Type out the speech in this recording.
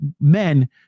men